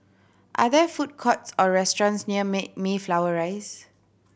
are there food courts or restaurants near May Mayflower Rise